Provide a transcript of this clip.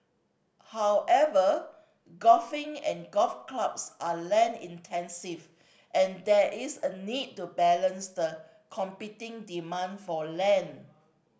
however golfing and golf clubs are land intensive and there is a need to balance the competing demand for land